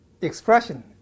expression